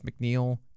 mcneil